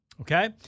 Okay